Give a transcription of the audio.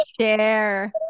share